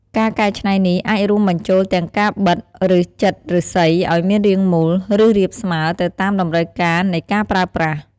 ការកែច្នៃនេះអាចរួមបញ្ចូលទាំងការបិត ឬចិតឬស្សីអោយមានរាងមូល ឬរាបស្មើ ទៅតាមតម្រូវការនៃការប្រើប្រាស់។